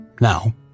Now